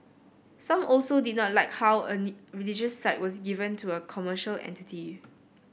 some also did not like how a religious site was given to a commercial entity